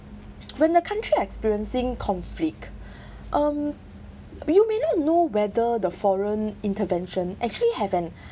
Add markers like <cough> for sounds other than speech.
when the country experiencing conflict <breath> um well you may not know whether the foreign intervention actually have an